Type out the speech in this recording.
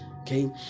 okay